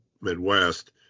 Midwest